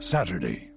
Saturday